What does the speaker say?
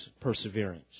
perseverance